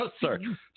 sorry